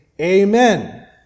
Amen